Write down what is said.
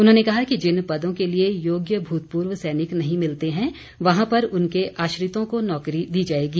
उन्होंने कहा कि जिन पदों के लिए योग्य भूतपूर्व सैनिक नहीं मिलते हैं वहां पर उनके आश्रितों को नौकरी दी जाएगी